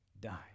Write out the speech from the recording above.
die